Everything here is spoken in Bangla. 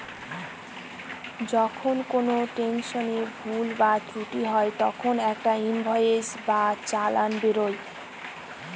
যখন কোনো ট্রান্সাকশনে ভুল বা ত্রুটি হয় তখন একটা ইনভয়েস বা চালান বেরোয়